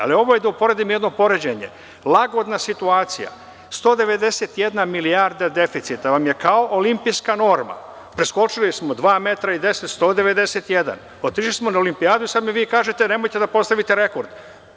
Ali, da uporedim, jedno poređenje, lagodna situacija, 191 milijarda deficita vam je kao olimpijska norma, preskočili smo 2 metra i 191, otišli smo na olimpijadu, sad mi vi kažete nemojte da postavite rekord.